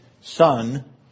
son